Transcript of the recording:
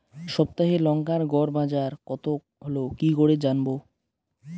সপ্তাহে লংকার গড় বাজার কতো হলো কীকরে জানবো?